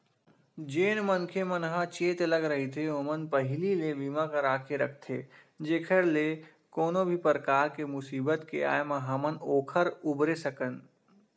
जेन मनखे मन ह चेतलग रहिथे ओमन पहिली ले बीमा करा के रखथे जेखर ले कोनो भी परकार के मुसीबत के आय म हमन ओखर उबरे सकन